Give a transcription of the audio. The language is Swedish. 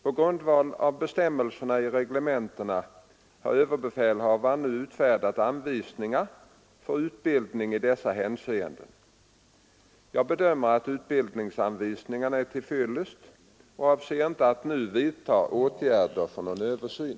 På grundval av bestämmelserna i reglementena har överbefälhavaren utfärdat anvisningar för utbildningen i dessa hänseenden. Jag bedömer att utbildningsanvisningarna är till fyllest och avser inte nu att vidtaga åtgärder för någon översyn.